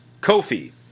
Kofi